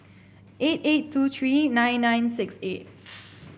eight eight two three nine nine six eight